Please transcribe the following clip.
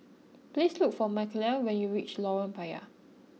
please look for Michaele when you reach Lorong Payah